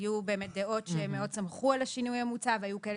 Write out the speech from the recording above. היו דעות שמאוד שמחו על השינוי המוצע והיו כאלה